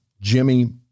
Jimmy